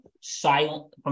silent